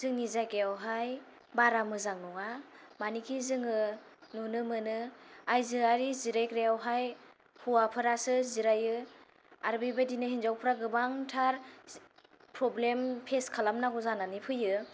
जोंनि जायगायावहाय बारा मोजां नङा मानोखि जोङो नुनो मोनो आयजोआरि जिरायग्रायावहाय हौवाफोरासो जिरायो आरो बेबादिनो हिनजावफोरा गाबांथार प्रब्लेम फेस खालामनांगौ जानानै फैयो